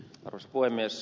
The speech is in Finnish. arvoisa puhemies